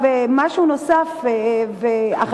נוסף על כך,